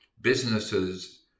businesses